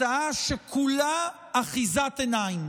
הצעה שכולה אחיזת עיניים,